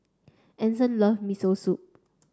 Anson love Miso Soup